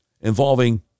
involving